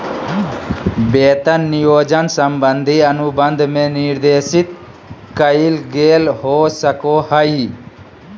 वेतन नियोजन संबंधी अनुबंध में निर्देशित कइल गेल हो सको हइ